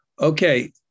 Okay